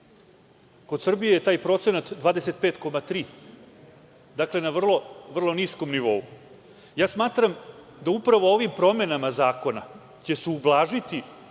Kod Srbije je taj procenat 25,3%. Dakle, na vrlo niskom nivou. Ja smatram da upravo ovim promenama zakona će se ublažiti